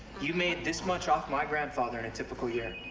you made this much off my grandfather in a typical year.